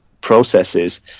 processes